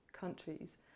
countries